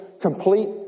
complete